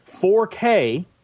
4K